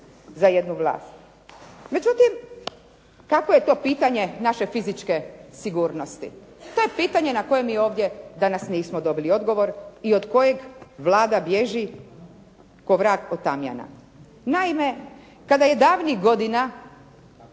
za jednu vlast. Međutim kakvo je to pitanje naše fizičke sigurnosti? To je pitanje na koje mi ovdje danas nismo dobili odgovor i od kojeg Vlada bježi ko vrag od tamjana. Naime kada je davnih godina